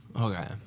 Okay